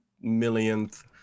millionth